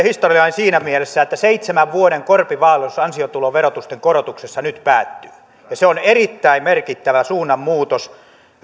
historiallinen siinä mielessä että seitsemän vuoden korpivaellus ansiotuloverotusten korotuksessa nyt päättyy se on erittäin merkittävä suunnanmuutos